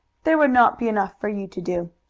there would not be enough for you to do.